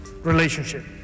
relationship